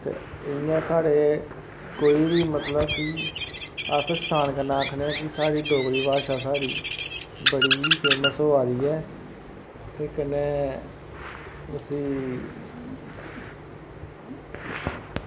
ते इं'या साढ़े कोई बी मतलब कि अस शान कन्नै आक्खने आं कि साढ़ी डोगरी भाशा साढ़ी बड़ी फेमस होआ दी ऐ ते कन्नै उस्सी